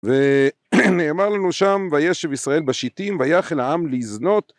ונאמר לנו שם, וישב ישראל בשיטים ויחל העם לזנות